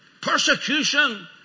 Persecution